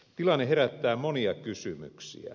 tilanne herättää monia kysymyksiä